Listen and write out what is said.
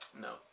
No